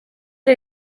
oli